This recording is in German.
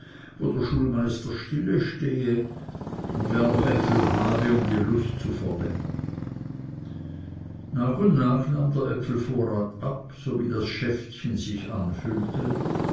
wo der schulmeister stille stehe und wer noch äpfel habe um die lust zu verlängern nach und nach nahm der apfelvorrat ab so wie das schäftchen sich anfüllte